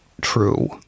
true